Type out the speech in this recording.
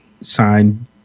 signed